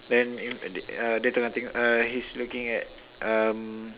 then ni tadi uh dia tengah tengok uh he's looking at um